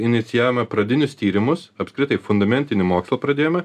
inicijavome pradinius tyrimus apskritai fundamentinį mokslą pradėjome